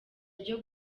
ryo